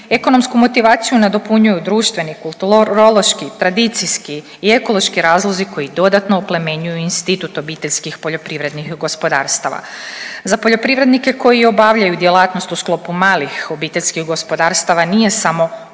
Ekonomsku motivaciju nadopunjuju društveni, kulturološki, tradicijski i ekološki razlozi koji dodatno oplemenjuju institut OPG-ova. Za poljoprivrednike koji obavljaju djelatnost u sklopu malih OPG-ova nije samo